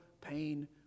pain